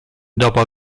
dopo